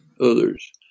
others